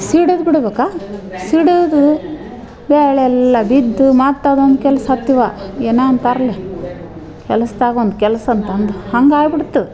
ಸಿಡಿದ್ ಬಿಡ್ಬೇಕಾ ಸಿಡಿದು ಬೇಳೆಲ್ಲ ಬಿದ್ದು ಮತ್ತು ಅದೊಂದು ಕೆಲ್ಸ ಹತ್ತಿವೆ ಏನೋ ಅಂತಾರ್ಲ ಕೆಲಸ್ದಾಗೆ ಒಂದು ಕೆಲ್ಸ ಅಂತಂದು ಹಂಗಾಗಿ ಬಿಡ್ತು